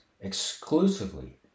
exclusively